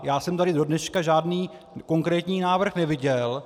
Já jsem tady do dneška žádný konkrétní návrh neviděl.